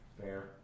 Fair